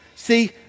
See